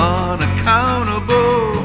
unaccountable